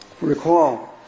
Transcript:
Recall